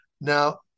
Now